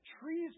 Trees